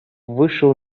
вышел